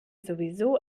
sowieso